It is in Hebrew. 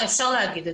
לחלוטין.